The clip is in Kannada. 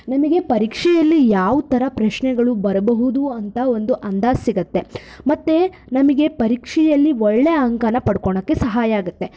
ನಮಗೆ ಪರೀಕ್ಷೆಯಲ್ಲಿ ಯಾವ ಥರ ಪ್ರಶ್ನೆಗಳು ಬರಬಹುದು ಅಂತ ಒಂದು ಅಂದಾಜು ಸಿಗತ್ತೆ ಮತ್ತು ನಮಗೆ ಪರೀಕ್ಷೆಯಲ್ಲಿ ಒಳ್ಳೆ ಅಂಕನ ಪಡ್ಕೊಳಕ್ಕೆ ಸಹಾಯ ಆಗತ್ತೆ